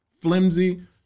flimsy